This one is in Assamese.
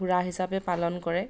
সুৰা হিচাপে পালন কৰে